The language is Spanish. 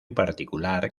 particular